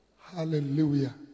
Hallelujah